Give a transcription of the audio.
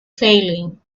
failing